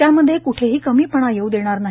त्यामध्ये कुठेही कमीपणा येऊ देणार नाही